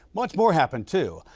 much more happened, too.